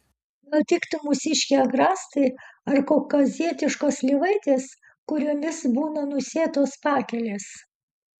gal tiktų mūsiškiai agrastai ar kaukazietiškos slyvaitės kuriomis būna nusėtos pakelės